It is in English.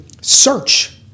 search